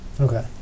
Okay